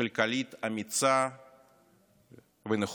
כלכלית אמיצה ונכונה.